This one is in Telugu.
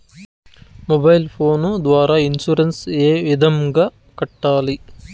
మొబైల్ ఫోను ద్వారా ఇన్సూరెన్సు ఏ విధంగా కట్టాలి